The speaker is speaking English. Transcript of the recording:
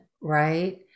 right